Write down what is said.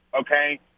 Okay